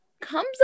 comes